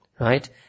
Right